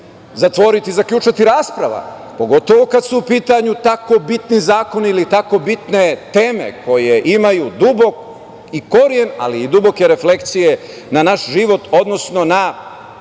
zatvoriti, zaključati rasprava, pogotovo kada su u pitanju tako bitni zakoni ili tako bitne teme koje imaju dubok i koren, ali i duboke reflekcije na naš život, odnosno na